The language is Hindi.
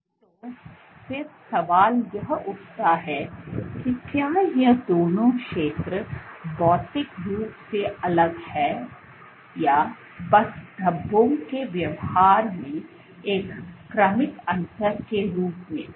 तो फिर सवाल यह उठता है कि क्या यह दोनों क्षेत्र भौतिक रूप से अलग हैं या बस धब्बों के व्यवहार में एक क्रमिक अंतर के रूप में